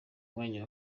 mwanya